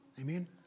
Amen